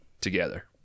together